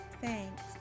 Thanks